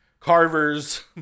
Carver's